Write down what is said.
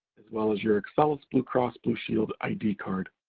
as well as your excellus blue cross blue shield id card.